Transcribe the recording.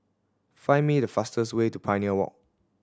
find me the fastest way to Pioneer Walk